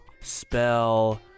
Spell